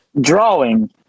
Drawing